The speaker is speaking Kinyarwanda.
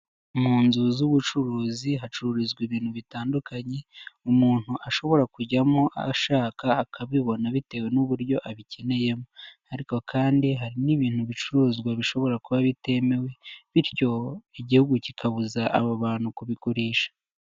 Mu nzu z'ubucuruzi hacururizwa ibintu bitandukanye, umuntu ashobora kujyamo ashaka akabibona bitewe n'uburyo abikeneyemo, ariko kandi hari n'ibintu bicuruzwa bishobora kuba bitemewe, bityo igihugu kikabuza abo bantu kubigurisha.